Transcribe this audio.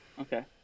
Okay